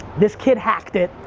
this kid hacked it.